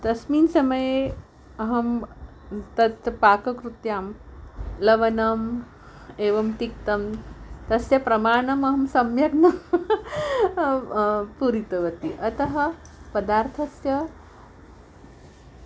तस्मिन् समये अहं तत् पाककृत्यां लवणम् एवं तिक्तं तस्य प्रमाणमहं सम्यक् न पूरितवती अतः पदार्थस्य